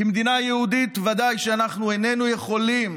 כמדינה יהודית, ודאי שאנחנו איננו יכולים